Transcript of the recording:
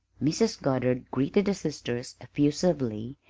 mrs. goddard greeted the sisters effusively,